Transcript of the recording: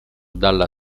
dalla